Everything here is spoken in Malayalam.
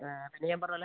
പിന്നെ ഞാൻ പറഞ്ഞത് പോല